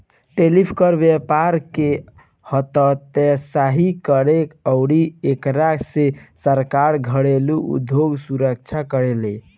tariff कर व्यपार के हतोत्साहित करेला अउरी एकरा से सरकार घरेलु उधोग सुरक्षा करेला